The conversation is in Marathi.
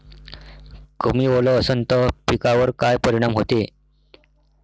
कमी ओल असनं त पिकावर काय परिनाम होते?